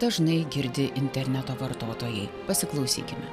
dažnai girdi interneto vartotojai pasiklausykime